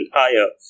higher